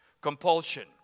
Compulsion